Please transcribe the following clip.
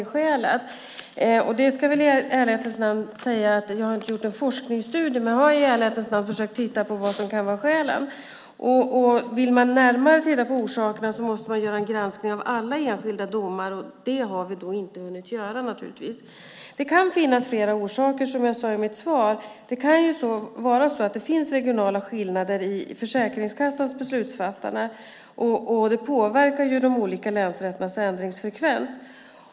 I ärlighetens namn ska jag väl säga att jag inte har gjort någon forskningsstudie, men jag har i ärlighetens namn försökt titta på vad som kan vara skälen. Vill man närmare titta på orsakerna måste man göra en granskning av alla enskilda domar. Det har vi naturligtvis inte hunnit göra. Det kan, som jag sagt i mitt svar, finnas flera orsaker. Det kan vara så att det finns regionala skillnader i Försäkringskassans beslutsfattande. Det påverkar de olika länsrätternas ändringsfrekvens.